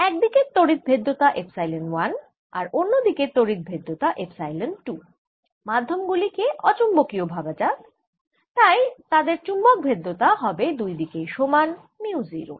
এক দিকের তড়িৎ ভেদ্যতা এপসাইলন 1 আর অন্য দিকে তড়িৎ ভেদ্যতা এপসাইলন 2 মাধ্যমগুলি কে অচুম্বকীয় ভাবা যাক তাই তাদের চুম্বক ভেদ্যতা হবে দুই দিকেই সমান মিউ 0